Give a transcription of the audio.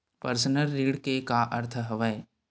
Personal ऋण के का अर्थ हवय?